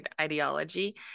ideology